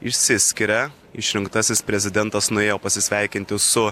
išsiskiria išrinktasis prezidentas nuėjo pasisveikinti su